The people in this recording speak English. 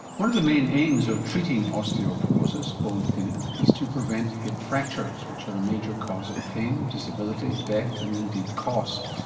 one of the main aims of treating osteoporosis bone thinning is to prevent hip fractures, which are a major cause of pain, disability, death, and indeed cost.